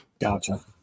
Gotcha